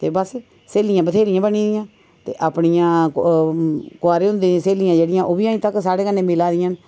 ते बस स्हेलियां बथ्हेरियां बनी गेदियां ते अपनियां कुआरें होंदे दियां स्हेलियां जेह्ड़ियां ओह् बी अडें तक साढ़ै कन्नै मिलै दियां न